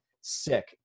sick